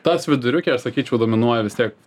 tas viduriuke aš sakyčiau dominuoja vis tiek